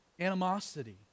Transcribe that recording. Animosity